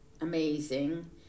amazing